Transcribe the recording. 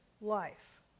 life